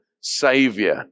Savior